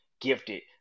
gifted